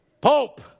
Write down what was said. Pope